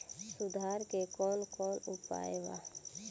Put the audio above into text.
सुधार के कौन कौन उपाय वा?